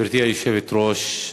גברתי היושבת-ראש,